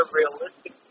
realistic